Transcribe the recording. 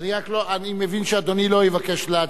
כי ההסתייגויות הן הסתייגויות דיבור.